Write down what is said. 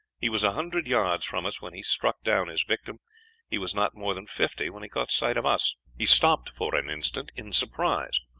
he was a hundred yards from us when he struck down his victim he was not more than fifty when he caught sight of us. he stopped for an instant in surprise.